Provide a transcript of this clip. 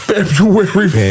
February